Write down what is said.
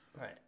Right